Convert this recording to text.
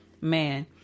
man